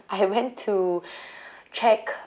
I went to check